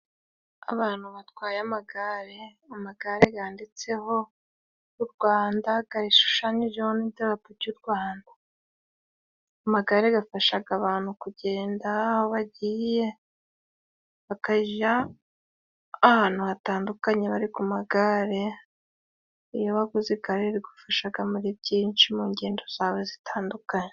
Abantu batwaye amagare. Amagare ganditseho Rwanda gashushanyijeho n'idarapo ry'u Rwanda. Amagare gafashaga abantu kugenda aho bagiye bakaja ahantu hatandukanye bari ku magare. Iyo waguze igare rigufashaa muri byinshi mu ngendo zawe zitandukanye.